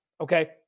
Okay